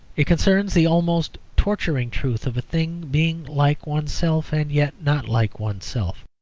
it concerns the almost torturing truth of a thing being like oneself and yet not like oneself.